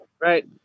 Right